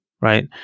right